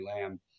Lamb